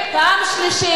חוטובלי.